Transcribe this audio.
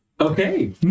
Okay